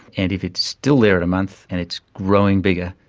and if it's still there in a month and it's growing bigger,